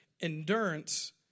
Endurance